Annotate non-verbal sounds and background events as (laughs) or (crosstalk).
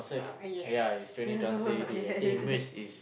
ah yes (laughs) yes